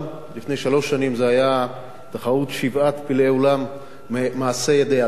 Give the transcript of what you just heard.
לפני שלוש שנים זו היתה תחרות שבעת פלאי עולם מעשה ידי אדם,